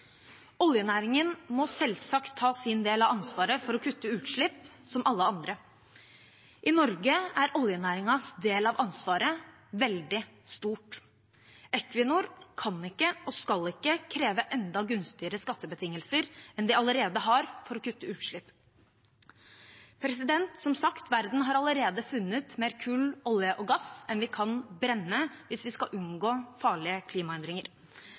Oljenæringen må selvsagt ta sin del av ansvaret for å kutte utslipp, som alle andre. I Norge er oljenæringens del av ansvaret veldig stort. Equinor kan ikke og skal ikke kreve enda gunstigere skattebetingelser enn de allerede har, for å kutte utslipp. Som sagt har verden allerede funnet mer kull, olje og gass enn vi kan brenne hvis vi skal unngå farlige klimaendringer.